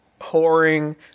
Whoring